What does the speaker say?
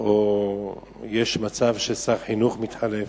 או יש מצב ששר חינוך מתחלף,